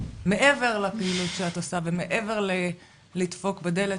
מעבר לפעילות שאת עושה ומעבר ללדפוק בדלת,